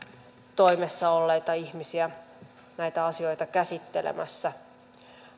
toimessa olleita ihmisiä näitä asioita käsittelemässä